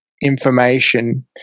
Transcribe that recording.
information